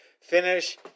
finish